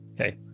Okay